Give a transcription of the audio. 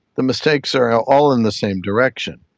the mistakes are all in the same direction.